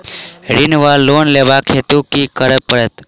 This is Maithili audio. ऋण वा लोन लेबाक हेतु की करऽ पड़त?